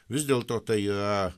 vis dėlto tai yra